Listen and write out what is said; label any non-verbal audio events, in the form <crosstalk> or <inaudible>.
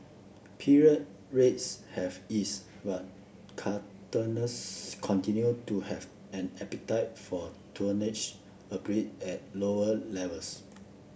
period rates have eased but <unintelligible> continued to have an appetite for tonnage albeit at lower levels